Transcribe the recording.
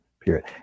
period